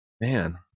man